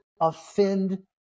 offend